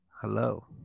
Hello